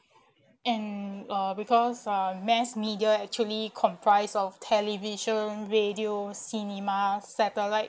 and uh because uh mass media actually comprise of television radio cinema satellite